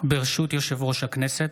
ברשות יושב-ראש הכנסת,